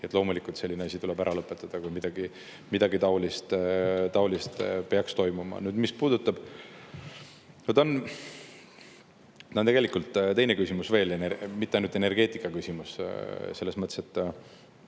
loomulikult selline asi tuleb ära lõpetada, kui midagi taolist peaks toimuma. Siin on tegelikult teine küsimus veel, mitte ainult energeetikaküsimus, selles mõttes, et